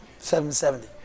770